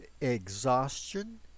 exhaustion